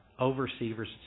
overseers